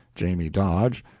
jamie dodge,